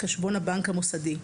חשבון הבנק המוסדי).